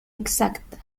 exacta